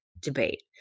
Debate